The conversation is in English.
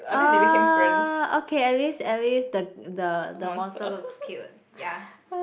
uh okay at least at least the the the monster looks cute ya